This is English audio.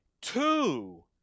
two